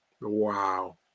Wow